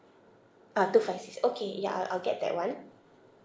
uh two five six okay ya I'll I'll get that [one]